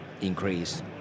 Increase